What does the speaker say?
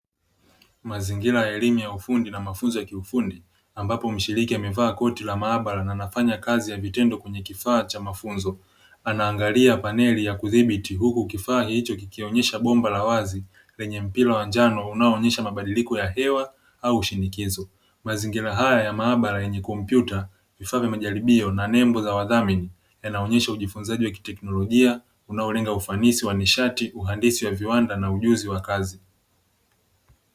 Mazingira ya elimu ya ufundi na mafunzo ya kiufundi ambapo mshiriki amevaa koti la maabara na nafanya kazi ya vitendo kwenye kifaa cha mafunzo. Anaangalia paneli ya kudhibiti huku kifaa hicho kikionyesha bomba la wazi; lenye mpira wanjano unaonyesha mabadiliko ya hewa au ushinikizo. Mazingira haya ya maabara yenye kompyuta vifaa vya majaribio na nembo ya wadhamini, yanaonyesha ujifunzaji wa teknolojia unaolenga ufanisi wa nishati uhandisi wa viwanda na ujuzi wa kazi.